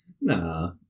Nah